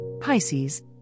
Pisces